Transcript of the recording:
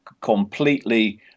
completely